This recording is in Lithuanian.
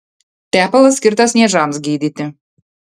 tepalas skirtas niežams gydyti